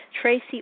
Tracy